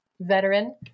veteran